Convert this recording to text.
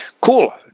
Cool